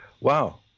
wow